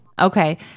Okay